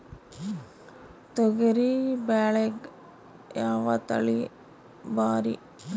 ತೊಗರಿ ಬ್ಯಾಳ್ಯಾಗ ಯಾವ ತಳಿ ಭಾರಿ?